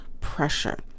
pressure